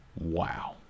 Wow